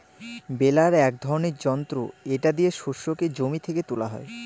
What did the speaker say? বেলার এক ধরনের যন্ত্র এটা দিয়ে শস্যকে জমি থেকে তোলা হয়